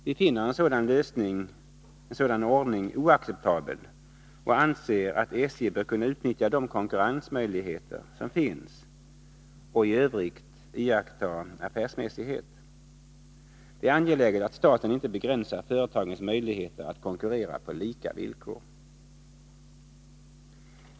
Vi finner en sådan ordning oacceptabel och anser att SJ bör kunna utnyttja de konkurrensmöjligheter som finns och i övrigt iaktta affärsmässighet. Det är angeläget att staten inte begränsar företagens möjligheter att konkurrera på 117 lika villkor.